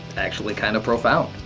actually kind of profound.